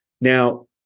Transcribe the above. Now